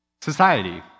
society